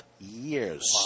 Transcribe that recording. years